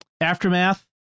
aftermath